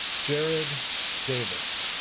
jared davis